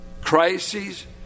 Crises